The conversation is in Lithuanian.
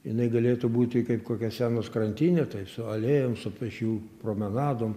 jinai galėtų būti kaip kokia senos krantinė tai su alėjom su pėsčiųjų promenadom